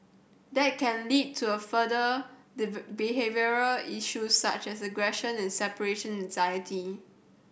that can lead to a further behavioural issues such as aggression and separation anxiety